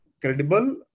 credible